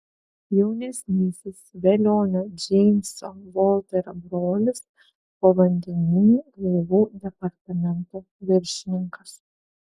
jaunesnysis velionio džeimso volterio brolis povandeninių laivų departamento viršininkas